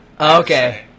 Okay